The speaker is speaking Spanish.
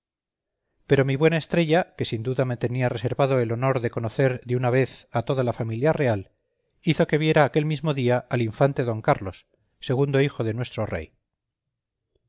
pero mi buena estrella que sin duda me tenía reservado el honor de conocer de una vez a toda la familia real hizo que viera aquel mismo día al infante d carlos segundo hijo de nuestro rey